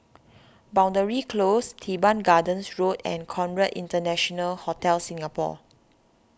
Boundary Close Teban Gardens Road and Conrad International Hotel Singapore